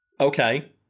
Okay